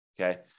Okay